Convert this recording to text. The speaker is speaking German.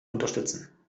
unterstützen